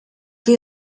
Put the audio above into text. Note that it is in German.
wir